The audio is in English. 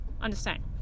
Understand